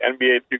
NBA